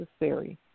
necessary